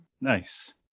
Nice